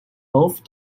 both